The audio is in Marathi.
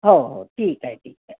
हो हो ठीक आहे ठीक आहे